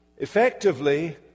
effectively